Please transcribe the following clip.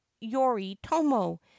yoritomo